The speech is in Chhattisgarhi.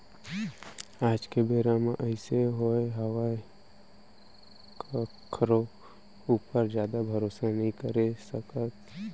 आज के बेरा म अइसे होगे हावय कखरो ऊपर जादा भरोसा नइ करे सकस